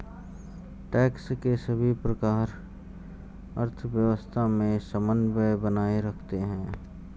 tax के सभी प्रकार अर्थव्यवस्था में समन्वय बनाए रखते हैं